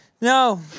No